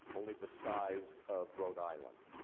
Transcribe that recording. only the size of rhode island.